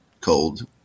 cold